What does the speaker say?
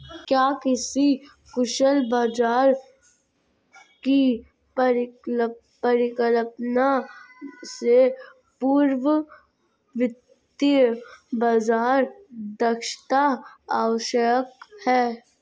क्या किसी कुशल बाजार की परिकल्पना से पूर्व वित्तीय बाजार दक्षता आवश्यक है?